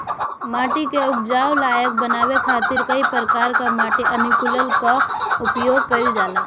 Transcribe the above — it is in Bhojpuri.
माटी के उपजाऊ लायक बनावे खातिर कई प्रकार कअ माटी अनुकूलक कअ उपयोग कइल जाला